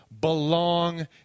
belong